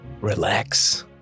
relax